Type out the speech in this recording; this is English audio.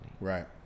Right